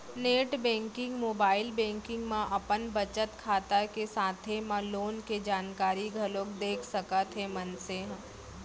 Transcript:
net banking, mobile banking म अपन बचत खाता के साथे म लोन के जानकारी घलोक देख सकत हे मनसे ह